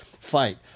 fight